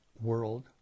world